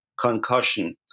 concussion